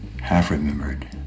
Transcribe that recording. half-remembered